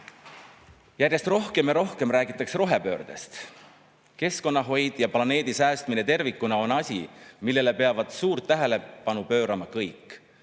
Järjest rohkem ja rohkem räägitakse rohepöördest. Keskkonnahoid ja planeedi säästmine tervikuna on asi, millele peavad suurt tähelepanu pöörama kõik.